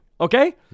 Okay